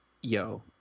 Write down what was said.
yo